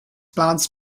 plants